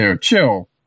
Chill